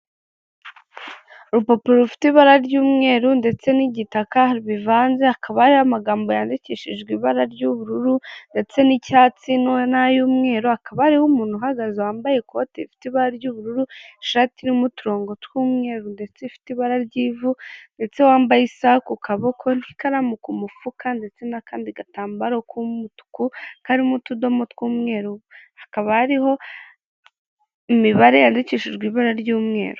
Urupapuro rufite ibara ry'umweru ndetse n'igitaka bivanze akaba ariyo amagambo yandikishijwe ibara ry'ubururu ndetse n'icyatsi na y'umweru, akaba ariwe umuntu uhagaze wambaye ikoti ifite ibara ry'ubururu ishati n'uturongo tw'umweru ndetse ifite ibara ry'ivu ndetse wambaye isa ku kaboko n'ikaramu ku mufuka ndetse n'akandi gatambaro k'umutuku karimo utudomo tw'umweru hakaba hariho imibare yadikishijwe ibara ry'umweru.